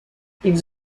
ils